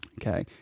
Okay